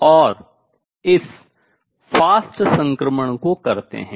और इस तीव्र fast तेज़ संक्रमण को करतें है